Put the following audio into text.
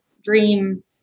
dream